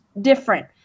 different